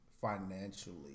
Financially